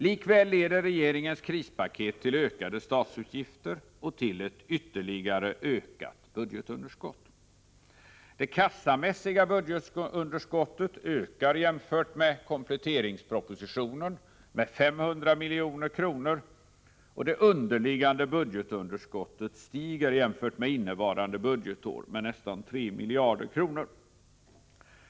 Likväl leder regeringens krispaket till ökade statsutgifter och till ett ytterligare ökat budgetunderskott. Det kassamässiga budgetunderskottet ökar jämfört med kompletteringspropositionen med 500 milj.kr., och det underliggande budgetunderskottet stiger jämfört med innevarande budgetår med nästan 3 miljarder kronor.